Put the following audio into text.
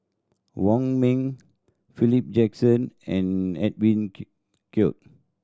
Wong Ming Philip Jackson and Edwin Koek